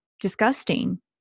disgusting